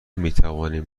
میتوانیم